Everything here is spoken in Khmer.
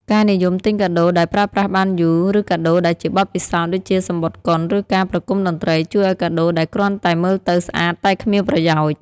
ការនិយមទិញកាដូដែលប្រើប្រាស់បានយូរ ឬកាដូដែលជាបទពិសោធន៍ ដូចជាសំបុត្រកុន ឬ ការប្រគំតន្ត្រី ជួសឱ្យកាដូដែលគ្រាន់តែមើលទៅស្អាតតែគ្មានប្រយោជន៍។